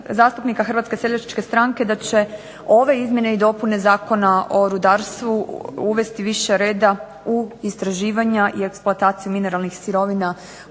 zastupnika HSS-a da će ove izmjene i dopune Zakona o rudarstvu uvesti više reda u istraživanja i eksploataciju mineralnih sirovina u RH